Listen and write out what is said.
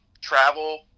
travel